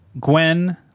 Gwen